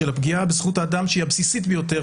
של הפגיעה בזכות האדם שהיא הבסיסית ביותר